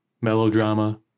melodrama